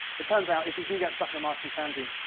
it turns out, if you do get stuck in a martian sand dune,